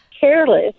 careless